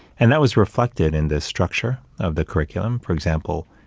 and that was reflected in the structure of the curriculum. for example,